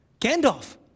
Gandalf